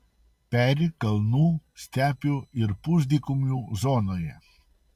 peri kalnų stepių ir pusdykumių zonoje